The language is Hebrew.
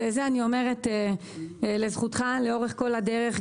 זה אני אומרת לזכותך לאורך כל הדרך.